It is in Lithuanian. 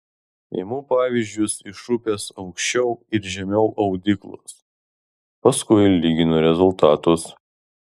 imu pavyzdžius iš upės aukščiau ir žemiau audyklos paskui lyginu rezultatus